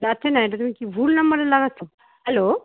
যাচ্ছে না এটা তুমি কি ভুল নাম্বারে লাগাচ্ছ হ্যালো